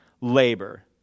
labor